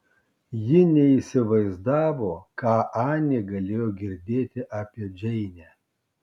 ji neįsivaizdavo ką anė galėjo girdėti apie džeinę